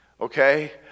okay